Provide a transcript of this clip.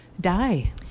die